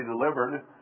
delivered